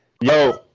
yo